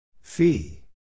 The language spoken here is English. Fee